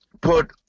put